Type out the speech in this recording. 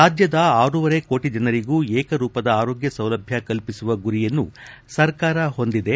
ರಾಜ್ಯದ ಆರೂವರೆ ಕೋಟ ಜನರಿಗೂ ಏಕರೂಪದ ಆರೋಗ್ಯ ಸೌಲಭ್ಯ ಕಲ್ಪಿಸುವ ಗುರಿಯನ್ನು ಸರ್ಕಾರ ಹೊಂದಿದೆ